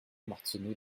martino